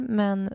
men